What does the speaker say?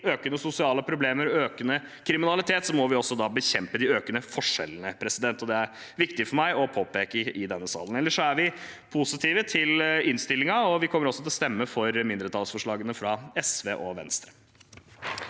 økende sosiale problemer og økende kriminalitet, må vi bekjempe de økende forskjellene – og det er det viktig for meg å påpeke i denne salen. Ellers er vi positive til innstillingen, og vi kommer også til å stemme for mindretallsforslagene fra SV og Venstre.